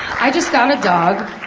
i just got a dog.